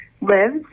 lives